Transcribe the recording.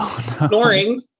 snoring